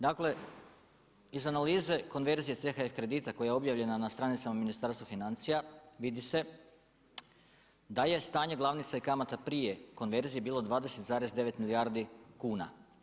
Dakle, iz analize konverzije CHF kredita koja je objavljena na stranicama Ministarstva financija vidi se da je stanje glavnice i kamata prije konverzije bilo 20,9 milijardi kuna.